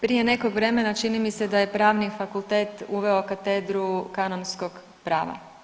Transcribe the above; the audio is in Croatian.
Prije nekog vremena čini mi se da je Pravni fakultet uveo katedru kanonskog prava.